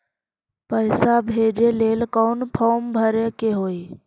पैसा भेजे लेल कौन फार्म भरे के होई?